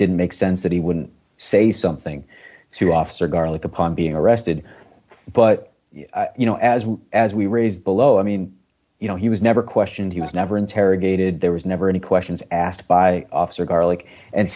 didn't make sense that he wouldn't say something to officer garlock upon being arrested but you know as well as we raised below i mean you know he was never questioned he was never interrogated there was never any questions asked by officer garlic and